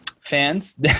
fans